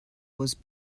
was